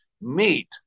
meet